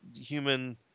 human